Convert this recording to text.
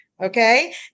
Okay